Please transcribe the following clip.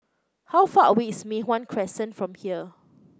how far away is Mei Hwan Crescent from here